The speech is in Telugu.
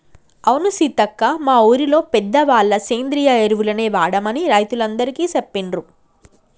అవును సీతక్క మా ఊరిలో పెద్దవాళ్ళ సేంద్రియ ఎరువులనే వాడమని రైతులందికీ సెప్పిండ్రు